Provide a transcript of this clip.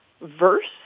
verse